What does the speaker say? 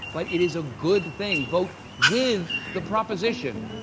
but it is a good thing, vote with the proposition.